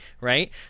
right